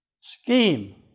scheme